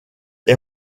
est